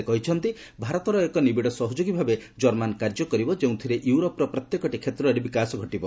ସେ କହିଛନ୍ତି ଭାରତର ଏକ ନିବିଡ଼ି ସହଯୋଗୀ ଭାବେ ଜର୍ମାନ୍ କାର୍ଯ୍ୟ କରିବ ଯେଉଁଥିରେ ୟୁରୋପର ପ୍ରତ୍ୟେକଟି କ୍ଷେତ୍ରରେ ବିକାଶ ଘଟିବ